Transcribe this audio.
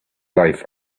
life